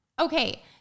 okay